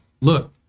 look